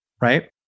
Right